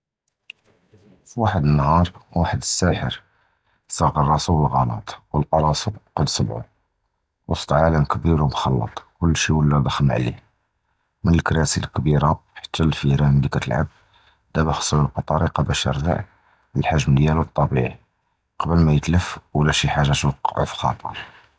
פִוַחַד נַהָאר וַחַד הַסַּאחֵר צְגַ'ר רַאסוּ בַּלְגְּלַאט וְלְקַא רַאסוּ קַד צְבַעוּ פִוַסְט עָלַם קְבִיר וּמְחַלְט כּּל שִי' וְלַא דּוּזְ'ם עָלֵיה, מַלְקְרַאסִי הַקְּבִירָה, חַתַּּא הַפֵירַאן לִי קִתְלַעַב דַאבָּא, חַסוּ יַלְקַאוּ תְּרוּקְה בַּאש יִרְגַּע לַחְ'מְוּם דִיַּלְהוּ הַטַּבִיעִי בְּלָא מַא יִתְלַפ וְלַא שִי חַאגָה תִּתְוַקַע פִחְ'טַר.